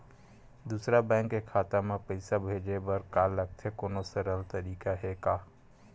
दूसरा बैंक के खाता मा पईसा भेजे बर का लगथे कोनो सरल तरीका हे का?